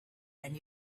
and